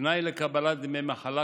תנאי לקבלת דמי המחלה,